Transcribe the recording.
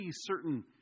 certain